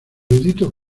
eruditos